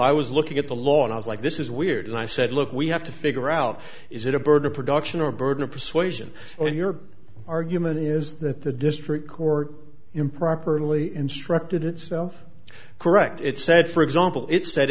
i was looking at the law and i was like this is weird and i said look we have to figure out is it a bird a production or a burden of persuasion or your argument is that the district court improperly instructed itself correct it said for example it said